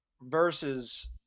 versus